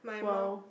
well